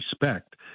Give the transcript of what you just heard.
respect